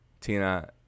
Tina